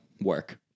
work